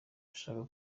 ndashaka